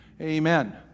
Amen